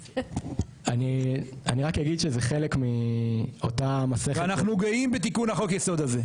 אני רק אגיד שזה חלק מאותה מסכת -- ואנחנו גאים בחוק היסוד הזה,